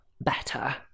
better